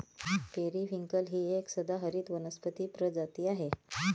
periwinkle ही एक सदाहरित वनस्पती प्रजाती आहे